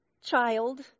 child